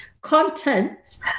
contents